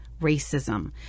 racism